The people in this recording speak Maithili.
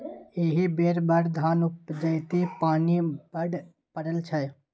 एहि बेर बड़ धान उपजतै पानि बड्ड पड़ल छै